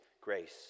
grace